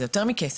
זה יותר מכסף,